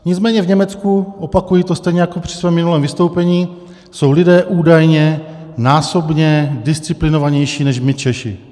Nicméně v Německu, opakuji to stejně jako při svém minulém vystoupení, jsou lidé údajně násobně disciplinovanější než my Češi.